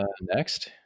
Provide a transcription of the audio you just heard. next